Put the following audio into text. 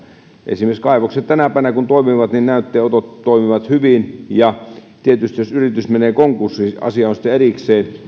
esimerkiksi kaivokset tänä päivänä kun toimivat niin näytteenotot toimivat hyvin ja tietysti jos yritys menee konkurssiin asia on sitten erikseen